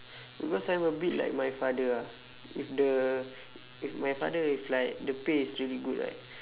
because I'm a bit like my father ah if the if my father is like the pay is really good right